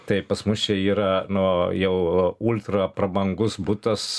tai pas mus čia yra nu jau ultra prabangus butas